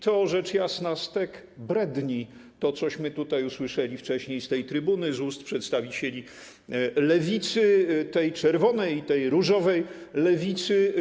To rzecz jasna stek bredni, to, cośmy tutaj usłyszeli wcześniej z tej trybuny z ust przedstawicieli lewicy, tej czerwonej i tej różowej lewicy.